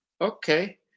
okay